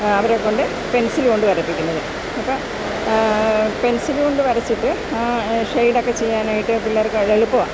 അവരെക്കൊണ്ട് പെൻസില് കൊണ്ട് വരപ്പിക്കുന്നത് അപ്പോള് പെൻസില് കൊണ്ട് വരച്ചിട്ട് ഷെയ്ഡൊക്കെ ചെയ്യാനായിട്ട് പിള്ളാർക്ക് അത് എളുപ്പമാണ്